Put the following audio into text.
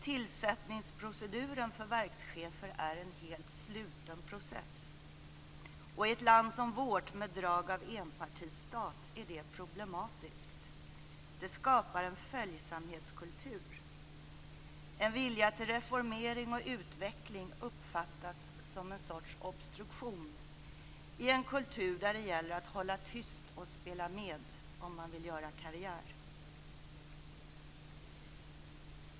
": "Tillsättningsproceduren för verkschefer är en helt sluten process, och i ett land som vårt med drag av enpartistat är det problematiskt. Det skapar en följsamhetskultur." Hon skriver vidare att en vilja till reformering och utveckling uppfattas som en sorts obstruktion i en kultur där det gäller att hålla tyst och spela med om man vill göra karriär.